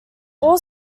all